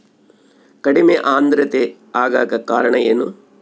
ಕಡಿಮೆ ಆಂದ್ರತೆ ಆಗಕ ಕಾರಣ ಏನು?